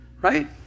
right